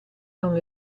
non